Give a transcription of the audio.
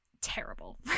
terrible